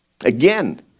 again